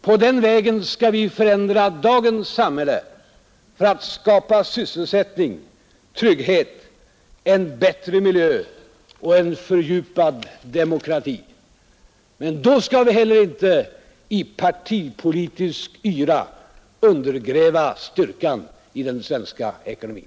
På den vägen skall vi förändra dagens samhälle — för att skapa sysselsättning, trygghet, en bättre miljö och en fördjupad demokrati. Men då skall vi inte heller i partipolitisk yra undergräva styrkan i den svenska ekonomin.